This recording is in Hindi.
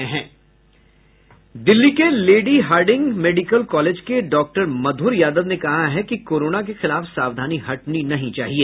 दिल्ली के लेडी हार्डिंग मेडिकल कॉलेज के डॉक्टर मधुर यादव ने कहा है कि कोरोना के खिलाफ सावधानी हटनी नहीं चाहिए